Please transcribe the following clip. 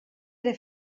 era